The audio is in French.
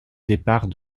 départ